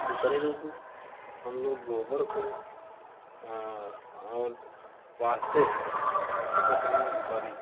दूसरे रूप में हम लोग गोबर को और पाथते हैं जिसे कहते हैं ऊपारी